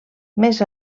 més